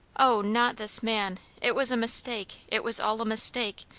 o, not this man! it was a mistake. it was all a mistake.